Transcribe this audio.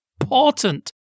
important